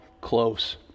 close